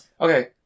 Okay